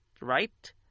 right